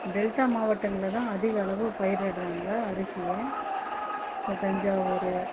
delta மாவட்டங்களில் தான் அதிக அளவு பயிரிட்றாங்க அரிசியை இந்த தஞ்சாவூர்